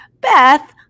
Beth